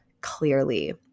clearly